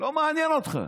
לא מעניין אותך.